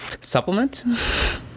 supplement